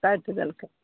काटि देलकै